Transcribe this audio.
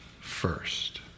first